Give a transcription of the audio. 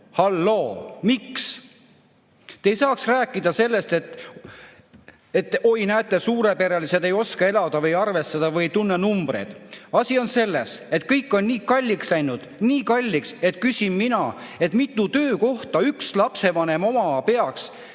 Halloo! Miks te ei saaks rääkida sellest, et oi, näete, suurperelised ei oska elada või arvestada või ei tunne numbreid? Asi on selles, et kõik on nii kalliks läinud, nii kalliks, et küsin mina, mitu töökohta üks lapsevanem omama peaks,